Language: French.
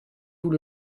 vous